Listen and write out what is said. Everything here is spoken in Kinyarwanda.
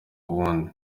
uwundi